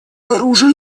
оружия